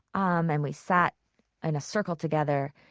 um and we sat in a circle together.